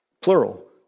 plural